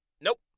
nope